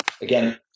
again